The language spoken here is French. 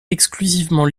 exclusivement